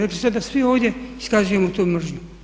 Rekli ste da svi ovdje iskazujemo tu mržnju.